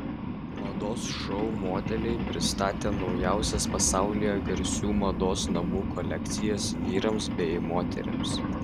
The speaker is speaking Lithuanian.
mados šou modeliai pristatė naujausias pasaulyje garsių mados namų kolekcijas vyrams bei moterims